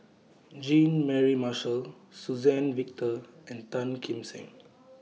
Jean Mary Marshall Suzann Victor and Tan Kim Seng